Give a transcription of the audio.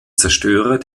zerstörer